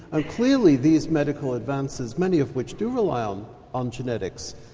and clearly these medical advances, many of which do rely um on genetics,